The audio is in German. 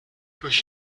durch